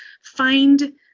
find